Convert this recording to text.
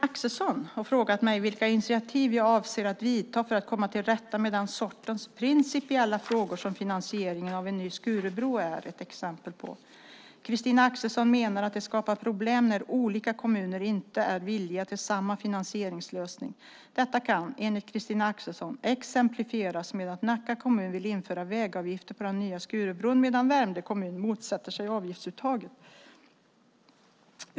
Fru talman! Christina Axelsson har frågat mig vilka initiativ jag avser att vidta för att komma till rätta med den sortens principiella frågor som finansieringen av en ny Skurubro är ett exempel på. Christina Axelsson menar att det skapar problem när olika kommuner inte är villiga till samma finansieringslösning. Detta kan, enligt Christina Axelsson, exemplifieras med att Nacka kommun vill införa vägavgifter på den nya Skurubron medan Värmdö kommun motsätter sig avgiftsuttaget.